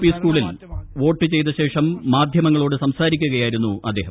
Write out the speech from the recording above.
P സ്കൂളിൽ vote ചെയ്ത ശേഷം മാധ്യമങ്ങളോട് സംസാരിക്കുകയായിരുന്നു അദ്ദേഹം